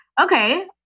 okay